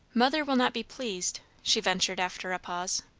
mother will not be pleased, she ventured after a pause.